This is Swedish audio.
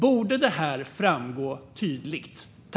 Borde det framgå tydligt?